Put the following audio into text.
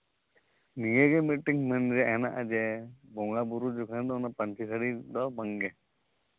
ᱱᱤᱭᱟᱹᱜᱮ ᱢᱤᱫᱴᱤᱱ ᱢᱮᱱ ᱨᱮᱭᱟᱜ ᱦᱮᱱᱟᱜᱼᱟ ᱡᱮ ᱵᱚᱸᱜᱟᱼᱵᱩᱨᱩ ᱡᱚᱠᱷᱚᱱ ᱫᱚ ᱯᱟᱹᱧᱪᱤ ᱥᱟᱹᱲᱤ ᱫᱚ ᱵᱟᱝᱜᱮ